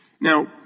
Now